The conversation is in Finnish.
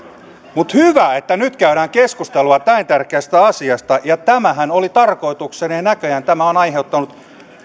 mutta hyvä että nyt käydään keskustelua näin tärkeästä asiasta ja tämähän oli tarkoitukseni näköjään tämä on aiheuttanut